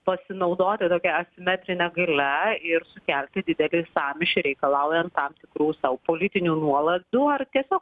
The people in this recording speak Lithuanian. pasinaudoti tokia asimetrine galia ir sukelti didelį sąmyšį reikalaujant tam tikrų sau politinių nuolaidų ar tiesiog